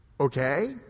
okay